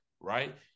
right